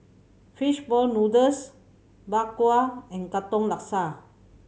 fish ball noodles Bak Kwa and Katong Laksa